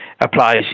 applies